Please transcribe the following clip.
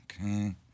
Okay